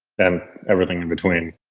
and everything in between.